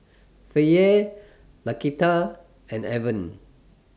Faye Laquita and Evan